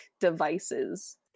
devices